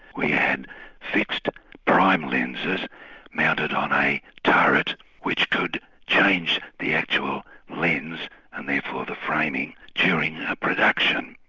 we had fixed prime lenses mounted on a turret which could change the actual lens and therefore the framing during a production.